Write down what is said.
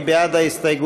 מי בעד ההסתייגות?